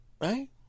Right